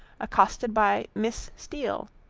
accosted by miss steele,